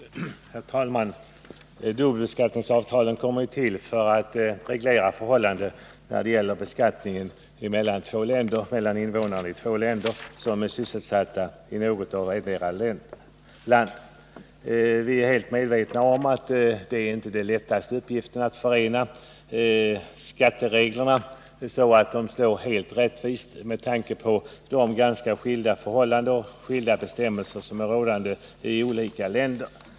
Herr talman! Dubbelbeskattningsavtalet kom ju till för att reglera beskattningsförhållandena mellan två länder när det gäller medborgare i ett av länderna som är sysselsatta i det andra landet. Vi är helt medvetna om att det inte hör till de lättaste uppgifterna att förena skattereglerna så att de slår helt rättvist med tanke på de ganska skilda förhållanden och bestämmelser som råder i olika länder.